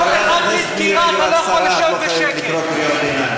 התשע"ה 2015. אני מבקש להזמין את חבר הכנסת מאיר כהן לעלות לדוכן.